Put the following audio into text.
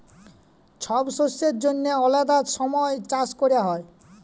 ছব শস্যের জ্যনহে আলেদা ছময় চাষ ক্যরা হ্যয়